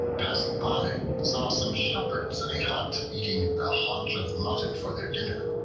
passing by, saw some shepherds in a hut eating a haunch of mutton for their dinner.